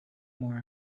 more